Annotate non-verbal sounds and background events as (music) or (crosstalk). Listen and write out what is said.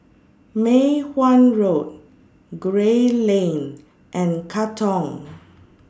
Mei Hwan Road Gray Lane and Katong (noise)